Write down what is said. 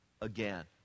again